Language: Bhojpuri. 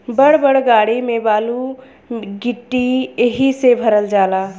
बड़ बड़ गाड़ी में बालू गिट्टी एहि से भरल जाला